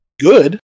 good